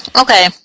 okay